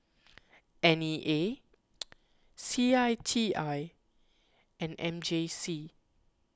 N E A C I T I and M J C